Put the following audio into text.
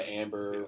amber